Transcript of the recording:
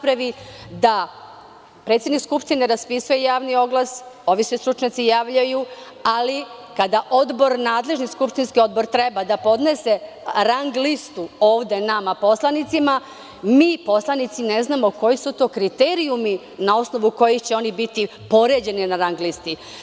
Predsednik Skupštine raspisuje javni oglas, ovi se stručnjaci javljaju, ali kada nadležni skupštinski odbor treba da podnese rang listu nama poslanicima, mi ne znamo koji su to kriterijumi na osnovu kojih će oni biti poređani na rang listi.